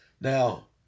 Now